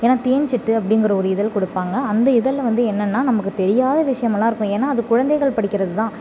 ஏனால் தேன்சிட்டு அப்படிங்கிற ஒரு இதழ் கொடுப்பாங்க அந்த இதழில் வந்து என்னன்னால் நமக்கு தெரியாத விஷயமெல்லாம் இருக்கும் ஏன்னால் அது குழந்தைகள் படிக்கிறதுதான்